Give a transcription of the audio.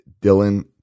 Dylan